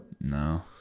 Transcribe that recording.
no